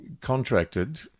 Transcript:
contracted